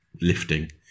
lifting